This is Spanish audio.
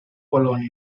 polonia